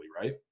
right